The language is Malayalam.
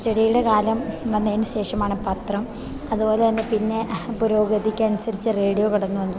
അച്ചടിയുടെ കാലം വന്നതിനുശേഷമാണ് പത്രം അതുപോലെതന്നെ പിന്നെ പുരോഗതിക്കനുസരിച്ച് റേഡിയോ കടന്നുവന്നു